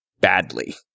badly